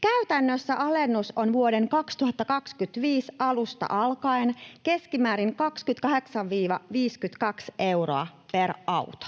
Käytännössä alennus on vuoden 2025 alusta alkaen keskimäärin 28—52 euroa per auto